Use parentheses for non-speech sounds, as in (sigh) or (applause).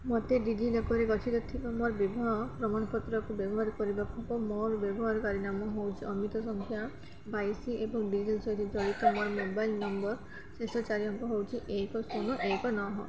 ମୋତେ ଡିଜିଲକର୍ରେ ଗଚ୍ଛିତ ଥିବା ମୋର ବିବାହ ପ୍ରମାଣପତ୍ର କୁ ବ୍ୟବହାର କରିବାକୁ ହେବ ମୋର ବ୍ୟବହାରକାରୀ ନାମ ହେଉଛି ଅମିତ (unintelligible) ବାଇଶ ଏବଂ ଡିଜିଲକର୍ ସହିତ ଜଡ଼ିତ ମୋର ମୋବାଇଲ୍ ନମ୍ବର୍ର ଶେଷ ଚାରି ଅଙ୍କ ହେଉଛି ଏକ ଶୂନ ଏକ ନଅ